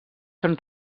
són